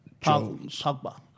Pogba